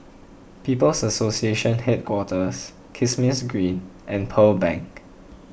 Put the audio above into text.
People's Association Headquarters Kismis Green and Pearl Bank